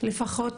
לפחות